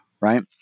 right